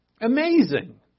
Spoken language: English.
Amazing